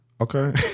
Okay